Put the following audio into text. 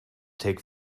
take